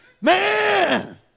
man